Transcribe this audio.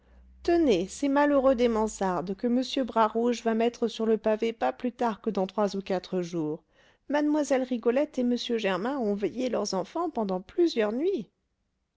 tenez ces malheureux des mansardes que m bras rouge va mettre sur le pavé pas plus tard que dans trois ou quatre jours mlle rigolette et m germain ont veillé leurs enfants pendant plusieurs nuits